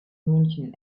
münchen